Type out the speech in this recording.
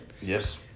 Yes